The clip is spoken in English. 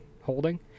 holding